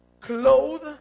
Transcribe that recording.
clothe